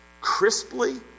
crisply